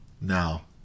Now